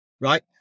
right